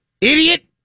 idiot